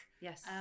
Yes